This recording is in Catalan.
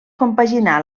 compaginà